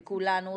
בכולנו,